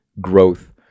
growth